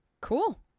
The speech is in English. Cool